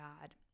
God